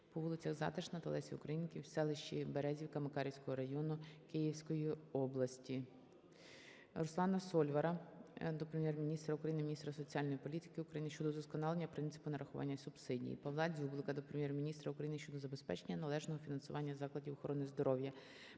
по вулицях Затишна та Лесі Українки у селищі Березівка Макарівського району Київської області. РусланаСольвара до Прем'єр-міністра України, міністра соціальної політики України щодо удосконалення принципу нарахування субсидій. ПавлаДзюблика до Прем'єр-міністра України щодо забезпечення належного фінансування закладів охорони здоров'я.